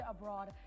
abroad